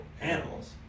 animals